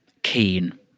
Keen